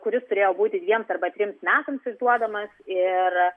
kuris turėjo būti dviems arba trims metams išduodamas ir